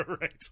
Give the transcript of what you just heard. Right